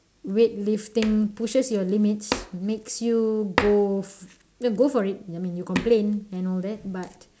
weightlifting pushes your limits makes you go go for it I mean you complain and all that but